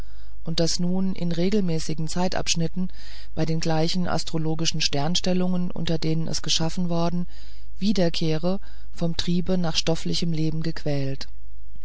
und das nun in regelmäßigen zeitabschnitten bei den gleichen astrologischen sternstellungen unter denen es erschaffen worden wiederkehre vom triebe nach stofflichem leben gequält